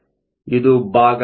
ಇದು ಭಾಗ ಎ